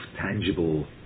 tangible